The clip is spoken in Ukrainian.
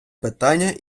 питання